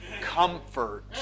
comfort